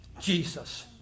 Jesus